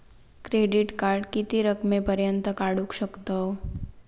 Credit card किती रकमेपर्यंत काढू शकतव?